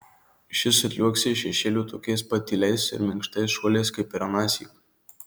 šis atliuoksi iš šešėlių tokiais pat tyliais ir minkštais šuoliais kaip ir anąsyk